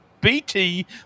BT